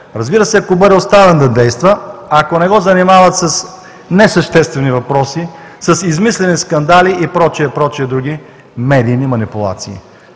Разбира се, ако бъде оставен да действа, ако не го занимават с несъществени въпроси, с измислени скандали и прочее, и прочее, други медийни манипулации.